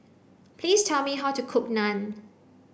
please tell me how to cook Naan